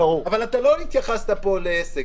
אבל לא התייחסת פה לעסק,